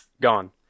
gone